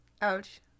Ouch